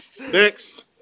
Next